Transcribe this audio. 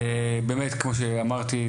באמת כמו שאמרתי,